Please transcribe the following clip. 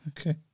Okay